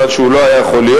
כיוון שהוא לא יכול היה להיות,